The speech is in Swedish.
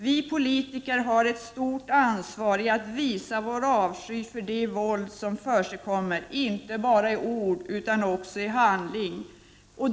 Vi politiker har ett stort ansvar för att visa vår avsky för det våld som försiggår inte bara i ord utan också i handling.